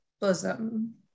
bosom